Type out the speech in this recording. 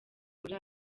muri